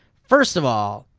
first of all,